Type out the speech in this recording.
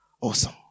Awesome